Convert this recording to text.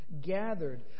gathered